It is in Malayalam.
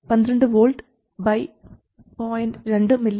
12v 0